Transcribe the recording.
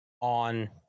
on